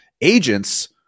agents